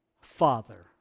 Father